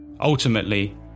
Ultimately